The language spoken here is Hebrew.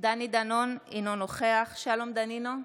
דני דנון, אינו נוכח שלום דנינו,